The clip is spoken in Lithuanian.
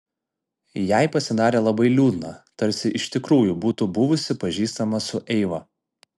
jai pasidarė labai liūdna tarsi iš tikrųjų būtų buvusi pažįstama su eiva